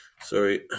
sorry